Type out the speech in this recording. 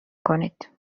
کنید